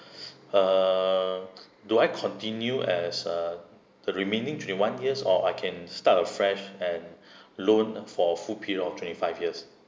err do I continue as uh the remaining twenty one years or I can start afresh and loan for full period of twenty five years